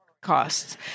costs